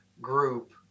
group